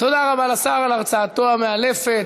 תודה רבה לשר על הרצאתו המאלפת.